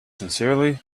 sincerely